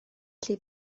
llif